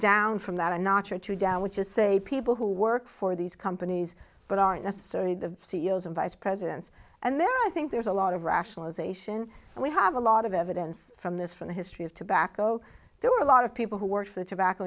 down from that a notch or two down which is say people who work for these companies but aren't necessarily the c e o s and vice presidents and then i think there's a lot of rationalization and we have a lot of evidence from this from the history of tobacco there were a lot of people who worked for the tobacco